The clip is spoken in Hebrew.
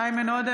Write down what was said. איימן עודה,